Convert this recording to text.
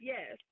Yes